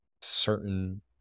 certain